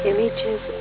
Images